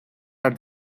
are